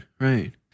right